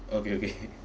okay okay